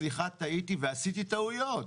סליחה, טעיתי, ועשיתי טעויות.